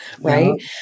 right